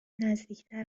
نزدیکتر